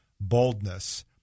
boldness